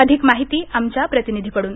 अधिक माहिती आमच्या प्रतिनिधीकडून